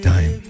Time